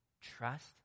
trust